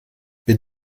bin